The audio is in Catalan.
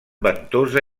ventosa